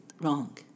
wrong